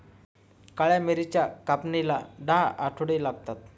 काळ्या मिरीच्या कापणीला दहा आठवडे लागतात